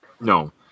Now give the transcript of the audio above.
No